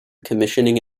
commissioning